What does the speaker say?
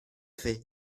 fait